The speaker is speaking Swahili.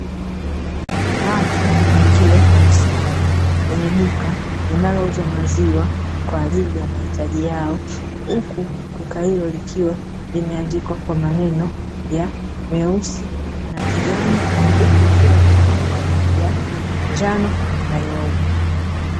Watu wakiwa wamesimama kwenye duka linalouza maziwa kwa ajili ya mahitaji yao, uku duka hilo likiwa limeandikwa kwa maneno ya meusi na kijani uku likiwa lina rangi ya njano na nyeupe.